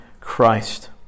Christ